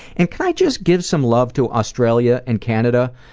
and can i just give some love to australia and canada.